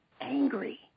angry